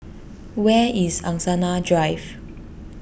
where is Angsana Drive